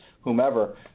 whomever